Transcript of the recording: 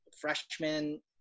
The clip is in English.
freshman